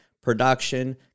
production